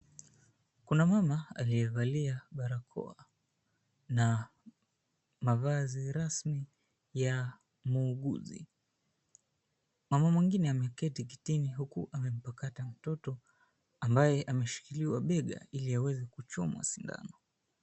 Kuna mama aliyevalia barakoa na mavazi rasmi ya muuguzi. Mama mwingine ameketi kitini huku amempakata mtoto ambaye ameshikiliwa bega ili aweze kuchomwa sindano.